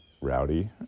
rowdy